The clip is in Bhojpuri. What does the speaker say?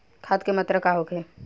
खाध के मात्रा का होखे?